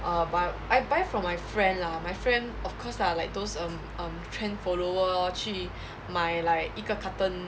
err buy I buy from my friend lah my friend of course lah like those um um trend follower lor 去买 like 一个 carton